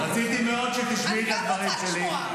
רציתי מאוד שתשמעי את הדברים שלי,